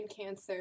cancer